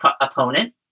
opponent